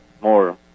more